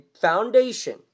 foundation